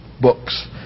books